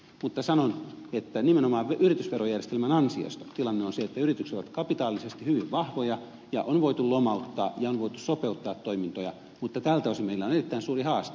mutta sanon että nimenomaan yritysverojärjestelmän ansiosta tilanne on se että yritykset ovat kapitaalisesti hyvin vahvoja ja on voitu lomauttaa ja on voitu sopeuttaa toimintoja mutta tältä osin meillä on erittäin suuri haaste